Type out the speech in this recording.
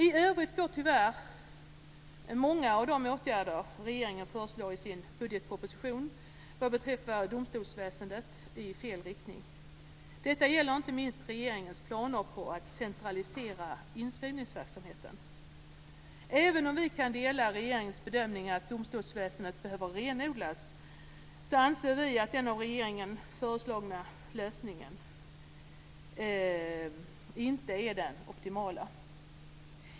I övrigt går tyvärr många av de åtgärder regeringen föreslår i sin budgetproposition beträffande domstolsväsendet i fel riktning. Detta gäller inte minst regeringens planer på att centralisera inskrivningsverksamheten. Även om vi kan dela regeringens bedömning att domstolsväsendet behöver renodlas anser vi att den av regeringen föreslagna lösningen inte är den optimala.